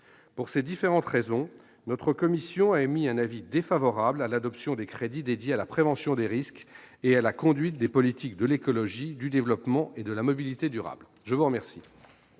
Pour ces différentes raisons, notre commission a émis un avis défavorable sur l'adoption des crédits dédiés à la prévention des risques et à la conduite des politiques de l'écologie, du développement et de la mobilité durables. La parole